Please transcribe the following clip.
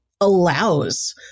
allows